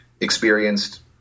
experienced